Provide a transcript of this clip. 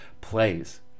plays